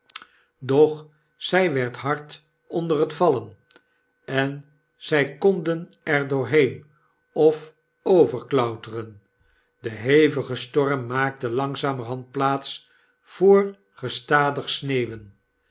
doch zy werd hard onder het vallen en zy konden er doorheen of over klauteren de hevige storm maakte langzamerhand plaats voor gestadig sneeuwen